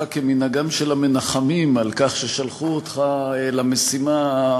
כמנהגם של המנחמים על כך ששלחו אותך למשימה,